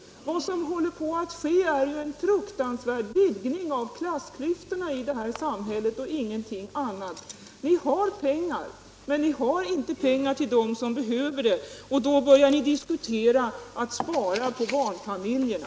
Vad som håller på att ske är en fruktansvärd vidgning av klassklyftorna i vårt samhälle och ingenting annat. Ni har pengar, men ni har inte pengar till dem som behöver hjälp, och därför börjar ni diskutera att spara på stödet till barnfamiljerna.